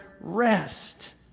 rest